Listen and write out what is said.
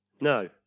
No